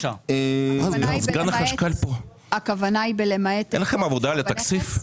סגן החשכ"ל פה, אין לכם עבודה על התקציב?